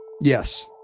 Yes